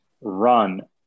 run